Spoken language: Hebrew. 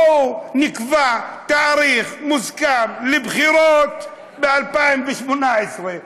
בואו נקבע תאריך מוסכם לבחירות ב-2018,